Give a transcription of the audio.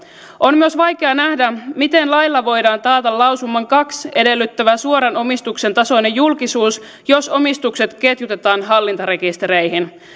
on myös vaikea nähdä miten lailla voidaan taata lausuman kaksi edellyttämä suoran omistuksen tasoinen julkisuus jos omistukset ketjutetaan hallintarekistereihin